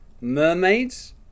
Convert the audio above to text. mermaids